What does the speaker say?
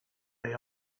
they